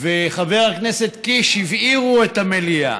וחבר הכנסת קיש הבעירו את המליאה.